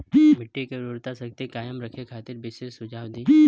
मिट्टी के उर्वरा शक्ति कायम रखे खातिर विशेष सुझाव दी?